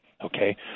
Okay